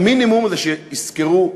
המינימום זה שישכרו דירה,